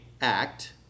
act